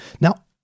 Now